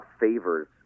favors